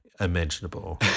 imaginable